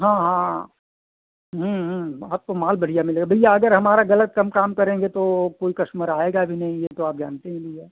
हाँ हाँ आपको माल बढ़िया मिलेगा भैया अगर हमारा ग़लत हम काम करेंगे तो कोई कश्टमर आएगा भी नहीं यह तो आप जानते हैं भैया